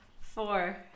Four